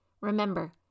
Remember